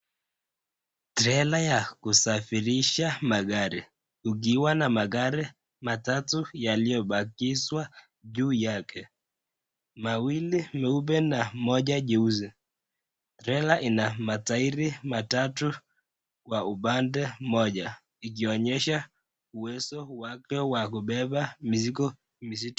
Trela ya kusafirisha magari ukiwa na magari matatu yaliyopakiwa juu yake. Mawili meupe na moja jeusi. Trela ina matairi matatu kwa upande moja ikionyesha uwezo wake wa kubeba mizigo mizito.